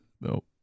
no